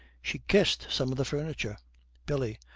she kissed some of the furniture billy.